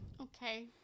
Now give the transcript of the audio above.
Okay